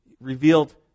revealed